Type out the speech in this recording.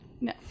No